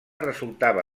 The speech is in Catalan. resultava